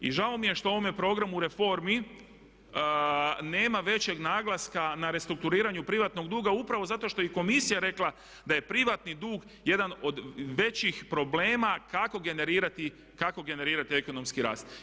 I žao mi je što u ovome programu reformi nema većeg naglaska na restrukturiranju privatnog duga upravo zato što je i komisija rekla da je privatni dug jedan od većih problema kako generirati ekonomski rast.